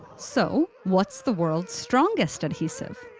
so what's the world's strongest adhesive?